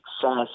success